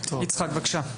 יצחק בבקשה.